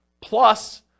plus